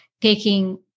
taking